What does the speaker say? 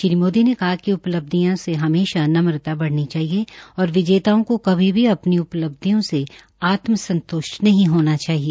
श्री मोदी ने कहा है कि उपलब्धियों से हमेशा नम्रता बढ़नी चाहिए और विजेताओ को कभी भी अपनी उपलब्धियों से आत्म संत्ष्ट होना चाहिए